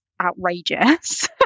outrageous